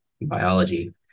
biology